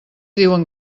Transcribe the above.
diuen